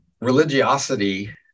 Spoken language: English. religiosity